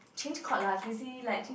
change code lah especially like change